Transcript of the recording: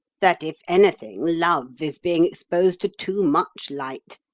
that, if anything, love is being exposed to too much light.